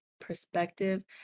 perspective